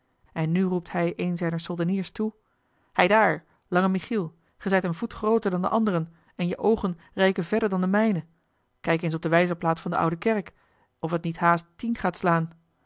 en nu roept hij een zijner soldeniers toe heidaar lange michiel ge zijt een voet grooter dan de anderen en je oogen reiken verder dan de mijne kijk eens op de wijzerplaat van de oude kerk of het niet haast tien gaat slaan